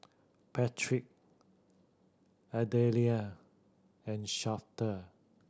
Patrick Adelaide and Shafter